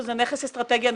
זה נכס אסטרטגי.